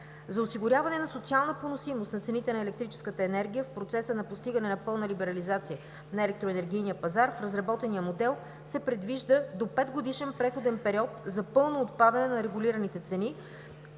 За осигуряване на социална поносимост на цените на електрическата енергия в процеса на постигане на пълна либерализация на електроенергийния пазар в разработения модел, се предвижда до 5-годишен преходен период за пълно отпадане на регулираните цени,